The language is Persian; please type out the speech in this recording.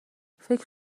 فکر